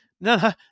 No